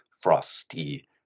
Frosty